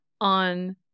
on